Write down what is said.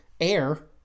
air